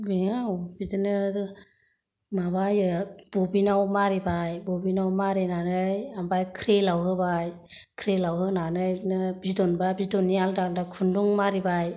बेयाव बिदिनो माबायो बबिन आव मारिबाय बबिन आव मारिनानै ओमफ्राय क्रिल आव होबाय क्रिल आव होनानै बिदिनो बिदन बा बिदन बिदिनो आलादा आलादा खुनदुं मारिबाय